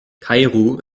kairo